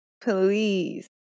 Please